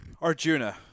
Arjuna